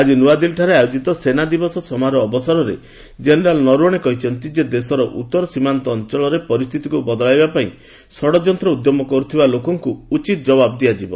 ଆଜି ନୂଆଦିଲ୍ଲୀରେ ଆୟୋକିତ ସେନା ଦିବସ ସମାରୋହ ଅବସରରେ ଜେନେରାଲ୍ ନରୱଶେ କହିଛନ୍ତି ଯେ ଦେଶର ଉତ୍ତରସୀମାନ୍ତ ଅଞ୍ଚଳରେ ପରିସ୍ଥିତିକୁ ବଦଳାଇବା ପାଇଁ ଷଡ଼ଯନ୍ତ୍ର ଉଦ୍ୟମ କରୁଥିବା ଲୋକଙ୍କୁ ଉଚିତ୍ ଜବାବ ଦିଆଯିବ